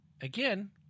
again